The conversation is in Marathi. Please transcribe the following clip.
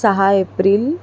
सहा एप्रिल